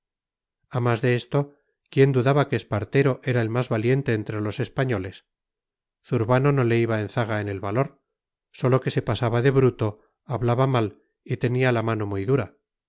más de esto quién dudaba que espartero era el más valiente entre los españoles zurbano no le iba en zaga en el valor sólo que se pasaba de bruto hablaba mal y tenía la mano muy dura